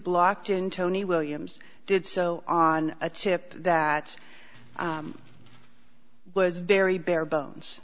blocked in tony williams did so on a chip that was very bare bones